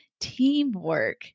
teamwork